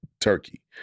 turkey